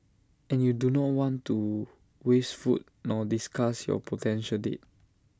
and you do not want to waste food nor disgust your potential date